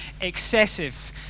excessive